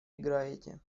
играете